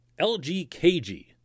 LGKG